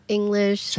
English